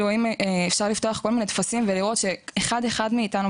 אפשר לפתוח כל מיני טפסים ולראות שאחד אחד מאתנו,